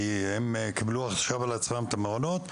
כי עכשיו הם קיבלו על עצמם את המעונות.